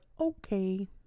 okay